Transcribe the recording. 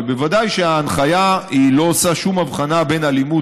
אבל בוודאי שההנחיה לא עושה שום הבחנה בין אלימות